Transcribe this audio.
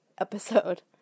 episode